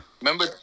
Remember